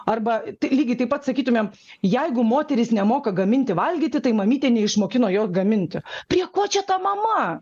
arba lygiai taip pat sakytumėm jeigu moteris nemoka gaminti valgyti tai mamytė neišmokino jos gaminti prie ko čia ta mama